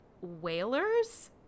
Whalers